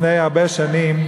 לפני הרבה שנים,